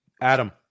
Adam